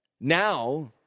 now